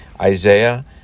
Isaiah